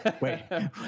Wait